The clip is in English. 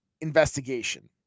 investigation